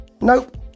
Nope